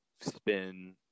spin